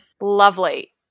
Lovely